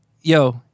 Yo